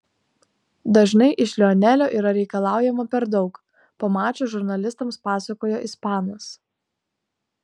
dažnai iš lionelio yra reikalaujama per daug po mačo žurnalistams pasakojo ispanas